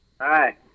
Hi